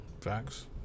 Facts